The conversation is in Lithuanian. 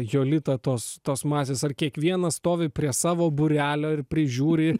jolita tos tos masės ar kiekvienas stovi prie savo būrelio ir prižiūri